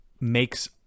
makes